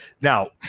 Now